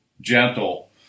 gentle